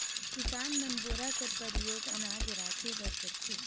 किसान मन बोरा कर परियोग अनाज राखे बर करथे